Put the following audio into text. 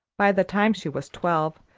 by the time she was twelve,